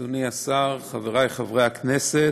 אדוני השר, חברי חברי הכנסת,